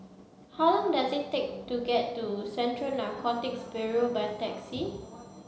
how long does it take to get to Central Narcotics Bureau by taxi